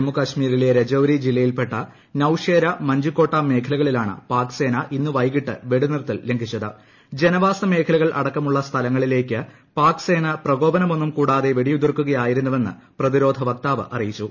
ജമ്മു കശ്മീരിലെ് രജൌരി ജില്ലയിൽപ്പെട്ട നൌഷേര മഞ്ജുക്കോട്ട മേഖലകളിലാ്ന്ന്പാക്ക് സേന ഇന്ന് വൈകിട്ട് വെടി നിർത്തൽ ലംഘിച്ചത് ജനവാസ മേഖലകൾ അടക്കമുള്ള സ്ഥലങ്ങളിലേക്ക് പാക്ട് സേന പ്രകോപനമൊന്നും കൂടാതെ വെടിയുതിർക്കുകയായിരു്ന്നു വെന്ന് പ്രതിരോധ വക്താവ് അറിയിച്ചു